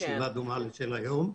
ישיבה דומה לישיבה שמתקיימת היום.